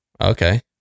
Okay